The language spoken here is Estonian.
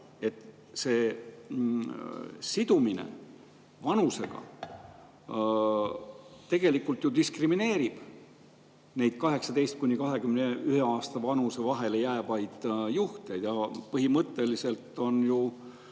et sidumine vanusega tegelikult ju diskrimineerib 18.–21. aasta vanuse vahele jäävaid juhte. Põhimõtteliselt on ju